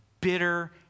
bitter